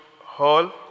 hall